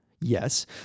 Yes